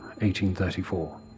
1834